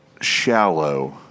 shallow